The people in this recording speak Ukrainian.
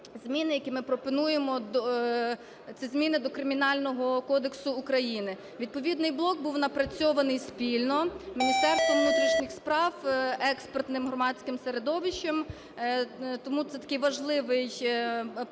зміни, які ми пропонуємо, - це зміни до Кримінального кодексу України. Відповідний блок був напрацьований спільно з Міністерством внутрішніх справ, експертним громадським середовищем. Тому це такий важливий поступ,